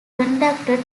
conducted